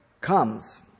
comes